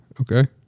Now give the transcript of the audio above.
Okay